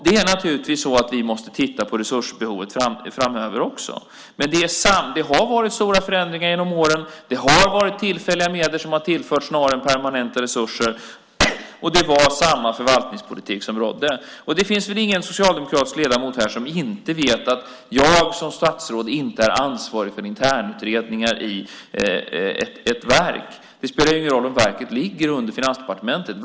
Det är naturligtvis så att vi måste titta på resursbehovet framöver också, men det har varit stora förändringar genom åren, och det har varit tillfälliga medel som har tillförts snarare än permanenta resurser, och det var samma förvaltningspolitik som rådde. Det finns väl ingen socialdemokratisk ledamot här som inte vet att jag som statsråd inte är ansvarig för internutredningar i ett verk. Det spelar ingen roll om verket ligger under Finansdepartementet.